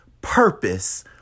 Purpose